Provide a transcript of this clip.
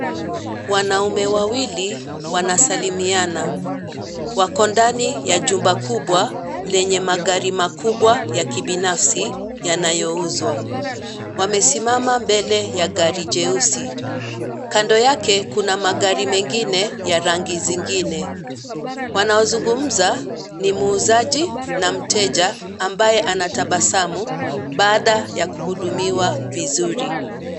Wanaume wawili, wanasalimiana. Wako ndani ya jumba kubwa, lenye magari makubwa, ya kibinafsi, yanayouzwa. Wamesimama mbele ya gari jeusi. Kando yake kuna magari mengine, ya rangi zingine. Wanaozungumza, ni muuzaji na mteja, ambaye anatabasamu, baada ya kuhudumiwa vizuri.